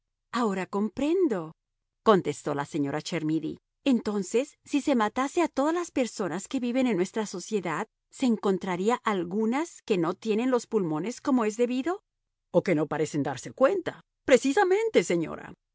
yo ahora comprendo contestó la señora chermidy entonces si se matase a todas las personas que viven en nuestra sociedad se encontraría algunas que no tienen los pulmones como es debido y que no parecen darse cuenta precisamente señora